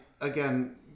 again